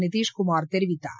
நிதிஷ்குமார் தெரிவித்தார்